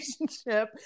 relationship